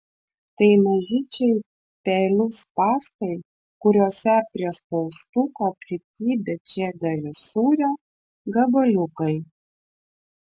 tai mažyčiai pelių spąstai kuriuose prie spaustuko prikibę čederio sūrio gabaliukai